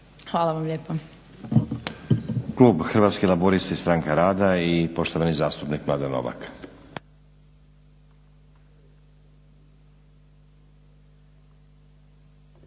Hvala vam lijepa.